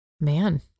Man